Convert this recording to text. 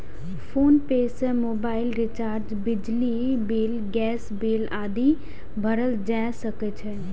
PhonePe सं mobile recharge, बिजली bill, gas bill आदि भरल जा सकै छै